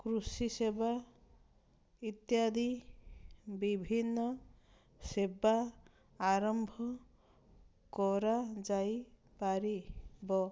କୃଷି ସେବା ଇତ୍ୟାଦି ବିଭିନ୍ନ ସେବା ଆରମ୍ଭ କରାଯାଇପାରିବ